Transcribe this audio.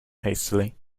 hastily